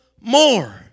more